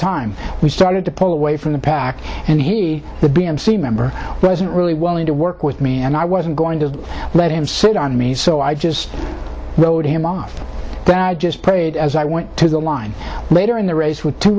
time we started to pull away from the pack and he the b n c member wasn't really willing to work with me and i wasn't going to let him sit on me so i just rode him off then i just prayed as i went to the line later in the race with